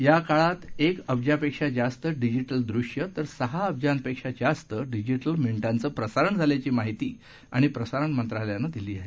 या काळात एक अब्जापेक्षा जास्त डिजिटल दृश्य तर सहा अब्जापेक्षा जास्त डिजिटल मिनिटांचं प्रसारण झाल्याचं माहिती आणि प्रसारण मंत्रालयानं म्हटलं आहे